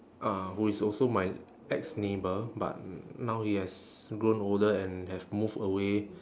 uh who is also my ex-neighbour but n~ now he has grown older and have moved away